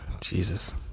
Jesus